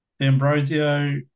Ambrosio